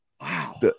wow